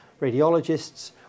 radiologists